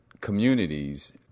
communities